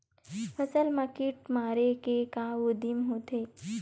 फसल मा कीट मारे के का उदिम होथे?